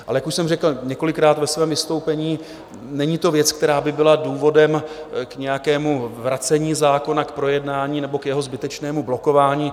Ale jak už jsem řekl několikrát ve svém vystoupení, není to věc, která by byla důvodem k nějakému vracení zákona, k projednání nebo k jeho zbytečnému blokování.